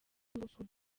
ingufu